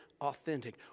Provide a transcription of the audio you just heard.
authentic